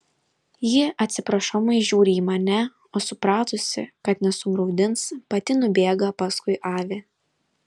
ji atsiprašomai žiūri į mane o supratusi kad nesugraudins pati nubėga paskui avį